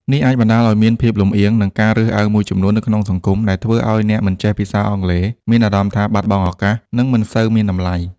នេះអាចបណ្តាលឱ្យមានភាពលំអៀង និងការរើសអើងមួយចំនួននៅក្នុងសង្គម ដែលធ្វើឱ្យអ្នកមិនចេះភាសាអង់គ្លេសមានអារម្មណ៍ថាបាត់បង់ឱកាស និងមិនសូវមានតម្លៃ។